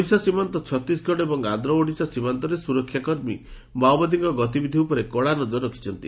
ଓଡ଼ିଶା ସୀମାନ୍ତ ଛତିଶଗଡ଼ ଏବଂ ଆନ୍ଧ ଓଡ଼ିଶା ସୀମାନ୍ତରେ ସୁରକ୍ଷାକର୍ମୀ ମାଓବାଦୀଙ୍କ ଗତିବିଧି ଉପରେ କଡ଼ା ନଜର ରଖିଛନ୍ତି